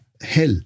Hell